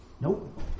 Nope